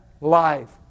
life